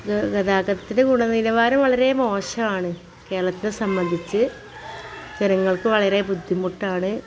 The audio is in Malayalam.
ഗ ഗതാഗതത്തിന്റെ ഗുണനിലവാരം വളരെ മോശമാണ് കേരളത്തിനെ സംബന്ധിച്ച് ജനങ്ങൾക്ക് വളരെ ബുദ്ധിമുട്ടാണ്